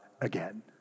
again